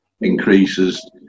increases